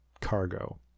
cargo